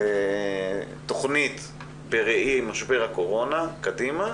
לתוכנית בראי משבר הקורונה קדימה,